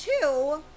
two